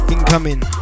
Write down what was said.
Incoming